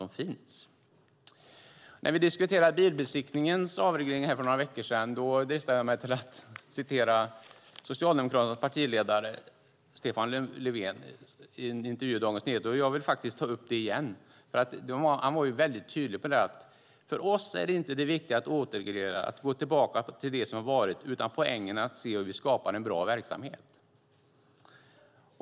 För några veckor sedan diskuterade vi avregleringen av bilbesiktningen. Jag dristade mig då att citera vad Socialdemokraternas partiledare sagt i en intervju i Dagens Nyheter. Jag vill ta upp det igen. Löfven var väldigt tydlig: "För oss är det inte viktigt att återreglera, att gå tillbaka till det som var . Utan poängen är att se hur vi skapar bra verksamhet."